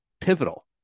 pivotal